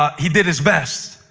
ah he did his best,